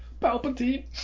Palpatine